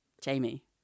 Jamie